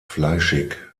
fleischig